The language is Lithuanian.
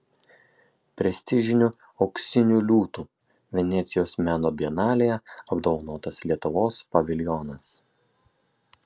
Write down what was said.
prestižiniu auksiniu liūtu venecijos meno bienalėje apdovanotas lietuvos paviljonas